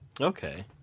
Okay